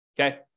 okay